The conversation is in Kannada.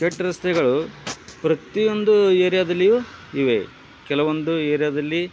ಕೆಟ್ಟ ರಸ್ತೆಗಳು ಪ್ರತಿಯೊಂದು ಏರಿಯಾದಲ್ಲಿಯೂ ಇವೆ ಕೆಲವೊಂದು ಏರಿಯಾದಲ್ಲಿ